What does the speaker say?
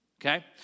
Okay